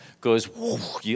Goes